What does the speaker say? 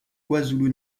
kwazulu